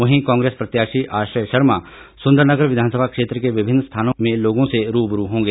वहीं कांग्रेस प्रत्याशी आश्रय शर्मा सुन्दरनगर विधानसभा क्षेत्र के विभिन्न स्थानों में लोगों से रूबरू होंगे